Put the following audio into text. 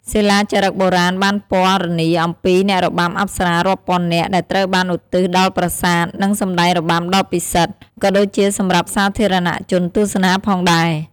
សិលាចារឹកបុរាណបានពណ៌នាអំពីអ្នករបាំអប្សរារាប់ពាន់នាក់ ដែលត្រូវបានឧទ្ទិសដល់ប្រាសាទ និងសម្តែងរបាំដ៏ពិសិដ្ឋ ក៏ដូចជាសម្រាប់សាធារណជនទស្សនាផងដែរ។